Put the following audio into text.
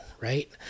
right